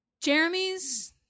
Jeremy's